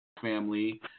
family